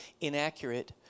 inaccurate